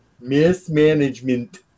Mismanagement